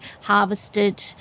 harvested